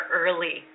early